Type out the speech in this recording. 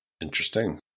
Interesting